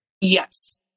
Yes